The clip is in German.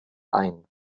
ein